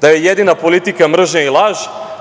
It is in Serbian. da je jedina politika mržnja i laž,